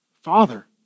father